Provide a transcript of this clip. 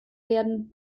werden